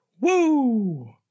woo